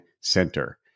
center